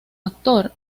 actor